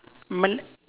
mal~